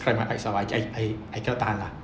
cry my eyes out lah I I cannot tahan lah